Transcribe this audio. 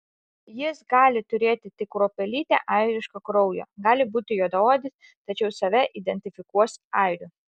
jis gali turėti tik kruopelytę airiško kraujo gali būti juodaodis tačiau save identifikuos airiu